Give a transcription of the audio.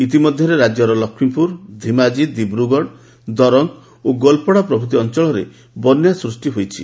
ଇତିମଧ୍ୟରେ ରାଜ୍ୟର ଲକ୍ଷ୍ମୀପୁର ଧିମାଜୀ ଦିବ୍ରଗଡ଼ ଦରଙ୍ଗ ଏବଂ ଗୋଲପଡ଼ା ପ୍ରଭୃତି ଅଞ୍ଚଳରେ ବନ୍ୟା ସୃଷ୍ଟି ହୋଇଛି